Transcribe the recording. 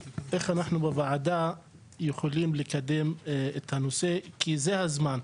בוועדה יכולים לקדם את הנושא, כי זה הזמן,